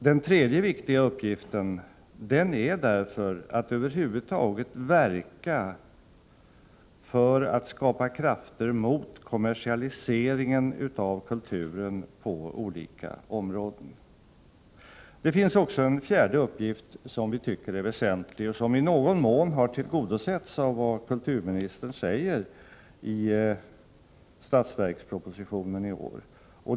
Den tredje viktiga uppgiften är därför att över huvud taget verka för att skapa krafter mot kommersialiseringen av kulturen på olika områden. Det finns också en fjärde uppgift som vi tycker är väsentlig och som i någon mån har tillgodosetts av det kulturministern säger i budgetpropositionen i år.